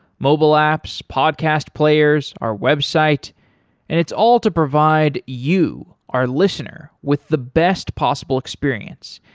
mobile apps, podcast players, our website and it's all to provide you, our listener, with the best possible experience.